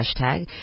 hashtag